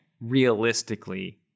realistically